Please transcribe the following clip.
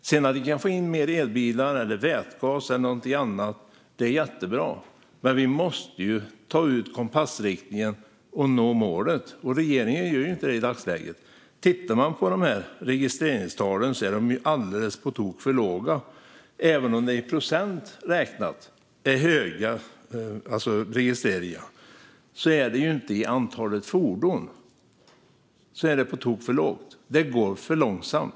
Om vi sedan kan få in mer elbilar, vätgas eller någonting annat är det jättebra, men vi måste ta ut kompassriktningen och nå målet. Regeringen gör inte det i dagsläget. Tittar man på registreringstalen kan man konstatera att de är alldeles på tok för låga. Även om det i procent räknat är höga registreringstal är antalet fordon på tok för lågt. Det går för långsamt.